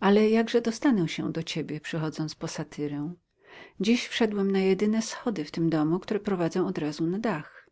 ale jakże dostanę się do ciebie przychodząc po satyrę dziś wszedłem na jedyne schody w tym domu które prowadzą od razu na dach